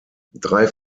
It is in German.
drei